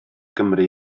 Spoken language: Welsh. gymru